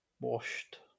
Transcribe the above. washed